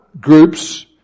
groups